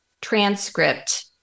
transcript